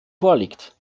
vorliegt